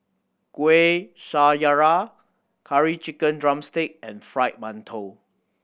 Kueh Syara Curry Chicken drumstick and Fried Mantou